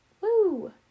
Woo